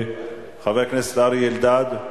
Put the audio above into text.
חבר הכנסת אריה אלדד?